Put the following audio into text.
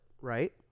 right